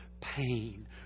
pain